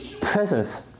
presence